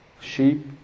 sheep